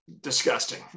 disgusting